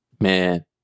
man